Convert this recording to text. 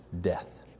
death